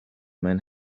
man